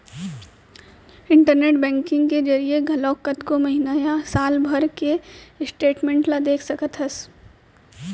internet banking के जरिए घलौक कतको महिना या साल भर के स्टेटमेंट ल देख सकत हस